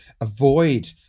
avoid